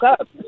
up